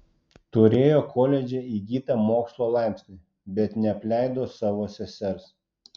turėjo koledže įgytą mokslo laipsnį bet neapleido savo sesers